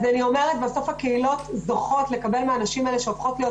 אז אני אומרת בסוף הקהילות זוכות לקבל מהנשים האלה שהופכות להיות